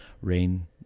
rain